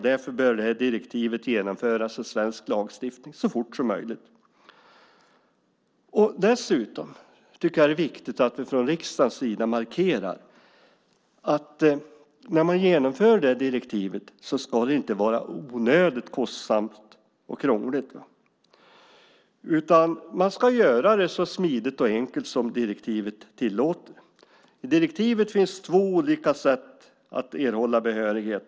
Därför bör direktivet genomföras i svensk lagstiftning så fort som möjligt. Dessutom tycker jag att det är viktigt att vi från riksdagens sida markerar att det inte ska vara onödigt kostsamt och krångligt att genomföra direktivet. Man ska göra det så smidigt och enkelt som direktivet tillåter. I direktivet finns två olika sätt att erhålla behörighet.